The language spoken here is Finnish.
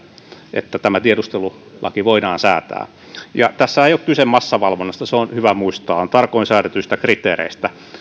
että tämä tiedustelulaki voidaan säätää tässä ei ole kyse massavalvonnasta se on hyvä muistaa on tarkoin säädettyjä kriteerejä